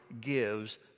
gives